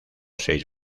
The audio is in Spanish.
seis